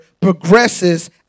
progresses